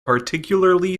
particularly